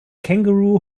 kangaroo